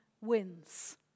wins